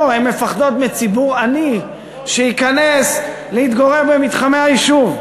הן מפחדות מציבור עני שייכנס להתגורר בתחומי היישוב.